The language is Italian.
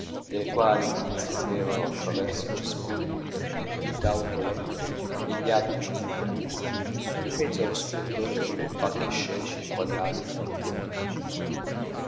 delle quali si vedevano a traverso i cespugli le nudità opulente e gli abiti zingareschi in mezzo allo splendore dei palchi scenici inquadrati fra le piante